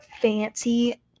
fancy